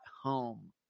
home